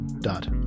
dot